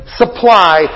supply